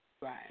Right